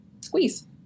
squeeze